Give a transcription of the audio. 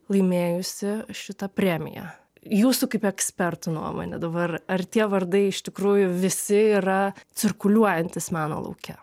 laimėjusi šitą premiją jūsų kaip ekspertų nuomone dabar ar tie vardai iš tikrųjų visi yra cirkuliuojantys meno lauke